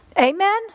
Amen